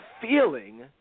feeling